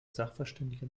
sachverständige